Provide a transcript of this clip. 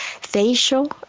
facial